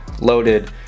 loaded